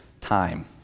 Time